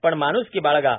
पण माणुसकी बाळगा